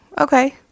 okay